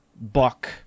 buck